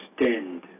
extend